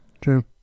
True